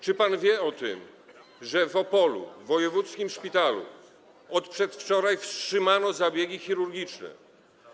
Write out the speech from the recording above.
Czy pan wie o tym, że w Opolu w wojewódzkim szpitalu od przedwczoraj wstrzymano zabiegi chirurgiczne?